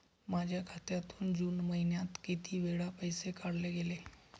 माझ्या खात्यातून जून महिन्यात किती वेळा पैसे काढले गेले?